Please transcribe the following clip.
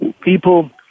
people